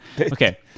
Okay